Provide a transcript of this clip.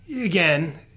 again